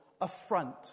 affront